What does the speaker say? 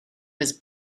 was